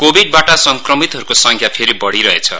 कोविडबाट संक्रमितहरूको संख्या फेरि बढिरहेछ